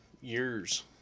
years